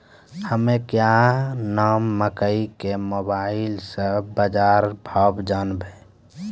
हमें क्या नाम मकई के मोबाइल से बाजार भाव जनवे?